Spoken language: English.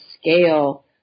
scale